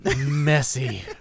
messy